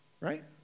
Right